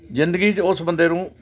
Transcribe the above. ਜ਼ਿੰਦਗੀ 'ਚ ਉਸ ਬੰਦੇ ਨੂੰ